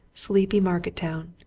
sleepy market-town,